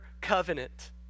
covenant